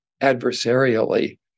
adversarially